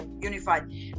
unified